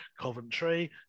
Coventry